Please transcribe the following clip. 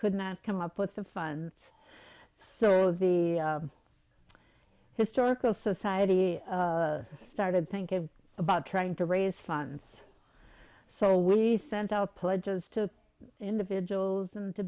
could not come up with the funds so the historical society started thinking about trying to raise funds so we sent out pledges to individuals